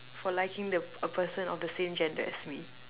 for liking the a person of the same gender as me